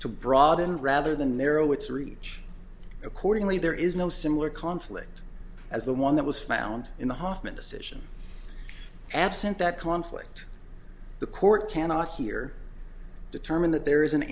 too broad and rather than narrow its reach accordingly there is no similar conflict as the one that was found in the hofmann decision absent that conflict the court cannot hear determine that there is